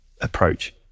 approach